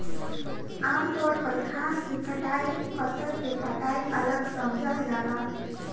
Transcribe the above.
आमतौर पर घास के कटाई फसल के कटाई अलग समझल जाला